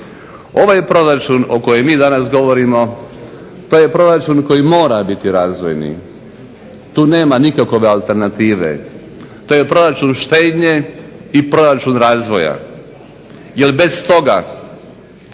Ovaj proračun o kojem mi danas govorimo to je proračun koji mora biti razvojni. Tu nema nikakove alternative. To je proračun štednje i proračun razvoja. Jer bez toga